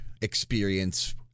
experience